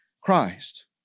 Christ